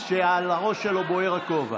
אז על הראש שלו בוער הכובע.